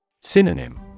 Synonym